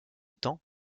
temps